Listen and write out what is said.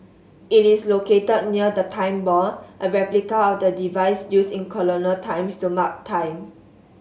it is located near the Time Ball a replica of the device used in colonial times to mark time